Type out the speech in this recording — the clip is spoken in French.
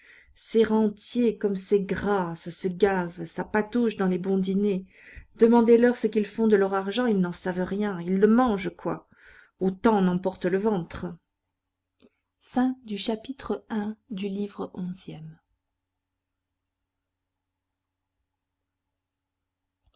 ces rentiers comme c'est gras ça se gave ça patauge dans les bons dîners demandez-leur ce qu'ils font de leur argent ils n'en savent rien ils le mangent quoi autant en emporte le ventre chapitre ii